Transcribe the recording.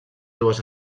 dues